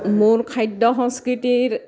মোৰ খাদ্য সংস্কৃতিৰ